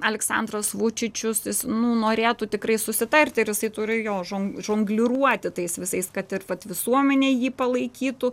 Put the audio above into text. aleksandras vučičius jis nu norėtų tikrai susitarti ir jisai turi jo žon žongliruoti tais visais kad ir vat visuomenė jį palaikytų